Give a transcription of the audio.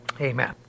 Amen